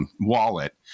wallet